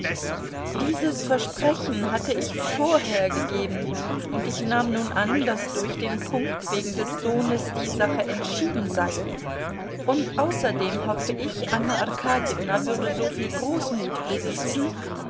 dieses versprechen hatte ich vorher gegeben und ich nahm nun an daß durch den punkt wegen des sohnes die sache entschieden sei und außerdem hoffte ich anna arkadjewna würde soviel großmut besitzen